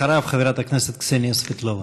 אחריו, חברת הכנסת קסניה סבטלובה.